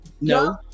no